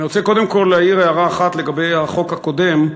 אני רוצה קודם כול להעיר הערה אחת לגבי החוק הקודם,